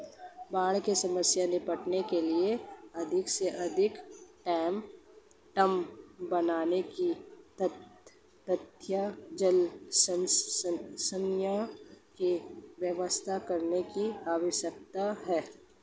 बाढ़ की समस्या से निपटने के लिए अधिक से अधिक डेम बनाने की तथा जल संचय की व्यवस्था करने की आवश्यकता है